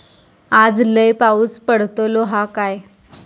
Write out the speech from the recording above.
आज लय पाऊस पडतलो हा काय?